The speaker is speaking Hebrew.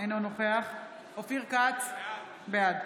אינו נוכח אופיר כץ, בעד